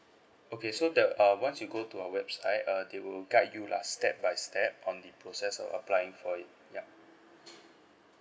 okay so they'll um once you go to our website uh they will guide you lah step by step on the process of applying for it yup